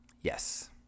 Yes